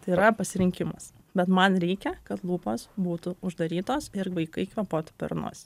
tai yra pasirinkimas bet man reikia kad lūpos būtų uždarytos ir vaikai kvėpuotų per nosį